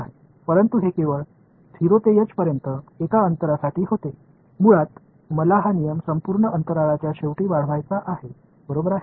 परंतु हे केवळ 0 ते h पर्यंत एका अंतरासाठी होते मुळात मला हा नियम संपूर्ण अंतराच्या शेवटी वाढवायचा आहे बरोबर आहे